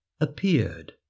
appeared